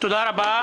תודה רבה.